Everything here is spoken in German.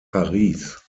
paris